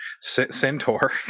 Centaur